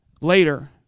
Later